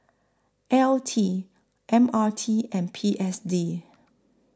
L T M R T and P S D